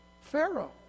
Pharaoh